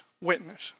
witness